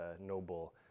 noble